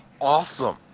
awesome